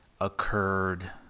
occurred